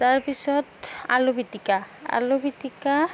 তাৰ পিছত আলু পিটিকা আলু পিটিকা